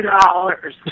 dollars